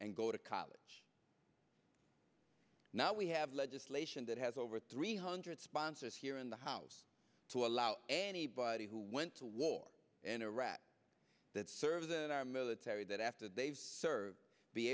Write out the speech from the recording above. and go to college now we have legislation that has over three hundred sponsors here in the house to allow anybody who went to war in iraq that serves in our military that after they've served be